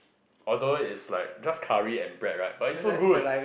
although is like just curry and bread right but is so good